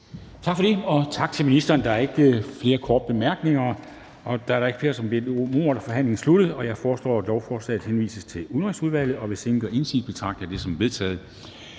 Tak for det, og tak til ministeren. Der er ikke flere korte bemærkninger. Da der ikke er flere, som har bedt om ordet, er forhandlingen sluttet. Jeg foreslår, at lovforslaget henvises til Udenrigsudvalget. Hvis ingen gør indsigelse, betragter jeg det som vedtaget.